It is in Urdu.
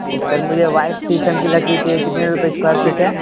سر مجھے وائٹ شیشم کی لکڑی چاہیے کتنے روپے اسکوائر فٹ ہے